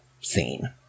scene